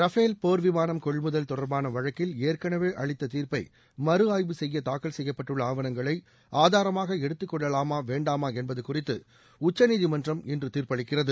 Rafale போர் விமானம் கொள்முதல் தொடர்பாள வழக்கில் ஏற்கனவே அளித்த தீர்ப்பை மறு ஆய்வு செய்ய தாக்கல் செய்யப்பட்டுள்ள ஆவனங்களை ஆதரமாக எடுத்துக்கொள்ளலாமா வேண்டாமா என்பது குறித்து உச்சநீதிமன்றம் இன்று தீர்ப்பளிக்கிறது